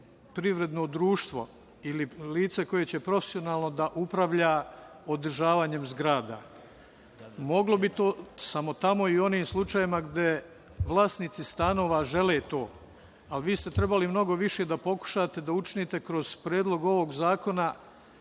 privredno društvo ili lice koje će profesionalno da upravlja održavanjem zgrada. Moglo bi to u onim slučajevima gde vlasnici stanova to žele, ali trebali ste mnogo više da pokušate da učinite kroz predlog ovog zakona